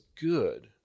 good